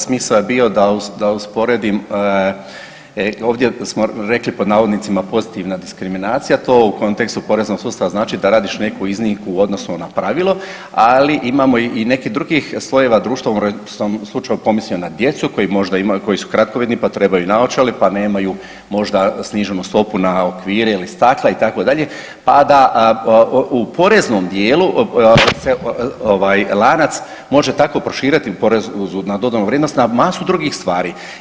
Smisao je bio da usporedim, ovdje smo rekli pod navodnicima pozitivna diskriminacija to u kontekstu poreznog sustava znači da radiš neku iznimku u odnosu na pravilo, ali imamo i nekih drugih slojeva društva u ovom sam slučaju pomislio na djecu koji možda imaju, koji su kratkovidni pa trebaju naočale, pa nemaju možda sniženu stopu na okvire ili stakla itd., pa da u poreznom dijelu se ovaj lanac može tako proširiti u porezu na dodanu vrijednost na masu drugih stvari.